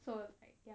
so was like ya